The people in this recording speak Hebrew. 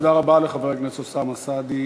תודה רבה לחבר הכנסת אוסאמה סעדי.